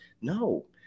no